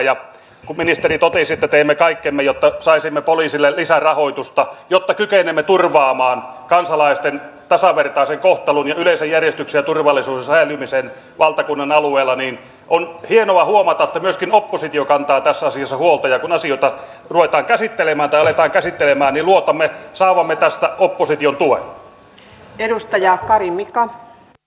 kun ministeri totesi että teemme kaikkemme jotta saisimme poliisille lisärahoitusta jotta kykenemme turvaamaan kansalaisten tasavertaisen kohtelun ja yleisen järjestyksen ja turvallisuuden säilymisen valtakunnan alueella niin on hienoa huomata että myöskin oppositio kantaa tässä asiassa huolta ja kun asioita aletaan käsittelemään niin luotamme saavamme tästä opposition tuen